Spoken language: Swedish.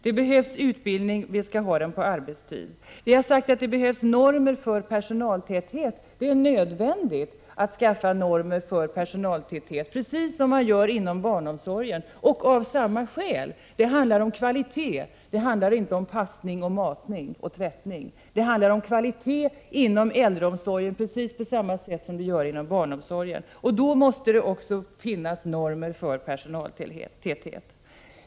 Det behövs alltså utbildning och den skall ges på arbetstid. Vi har sagt att det behövs normer för personaltäthet. Det är nödvändigt med normer för personaltäthet inom äldreomsorgen precis som inom barnomsorgen och av samma skäl. Det handlar om kvalitet, inte om passning, matning och tvättning. Det handlar om kvalitet inom äldreomsorgen precis på samma sätt som inom barnomsorgen. Då måste det även finnas normer för personaltäthet.